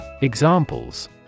Examples